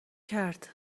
کرد